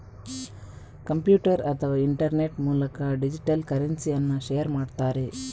computer ಅಥವಾ internet ಮೂಲಕ digital ಕರೆನ್ಸಿಯನ್ನ ಶೇರ್ ಮಾಡ್ತಾರೆ